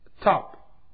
top